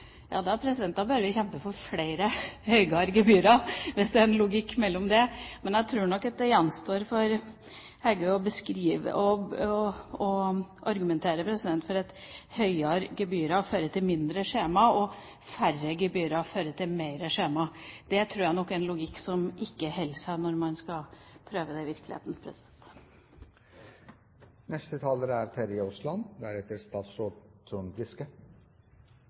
Ja, da bør vi kjempe for flere høye gebyrer, hvis det er logikken. Jeg tror nok det gjenstår for Heggø å argumentere for at høyere gebyr fører til mindre skjema, og lavere gebyr fører til mer skjema. Det tror jeg nok er en logikk som ikke holder seg når man skal prøve det i virkeligheten. Utgangspunktet er vi jo egentlig enige om i denne sal. Det er